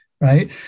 right